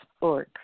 org